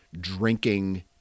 drinking